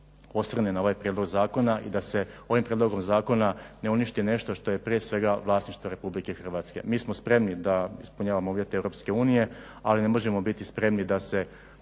osvrne na ovaj prijedlog zakona i da se ovim prijedlogom zakona ne uništi nešto što je prije svega vlasništvo Republike Hrvatske. Mi smo spremni da ispunjavamo uvjete Europske unije, ali ne možemo biti spremni pod